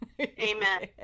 Amen